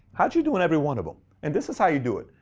how did you do in every one of them? and this is how you do it.